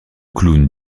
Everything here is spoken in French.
clown